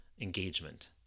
engagement